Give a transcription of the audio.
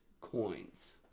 coins